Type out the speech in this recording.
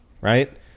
right